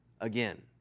again